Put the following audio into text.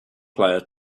player